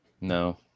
no